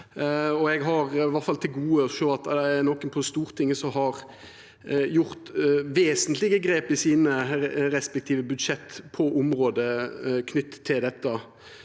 iallfall til gode å sjå at det er nokon på Stortinget som har gjort vesentlege grep i sine respektive budsjett på området knytt til dette.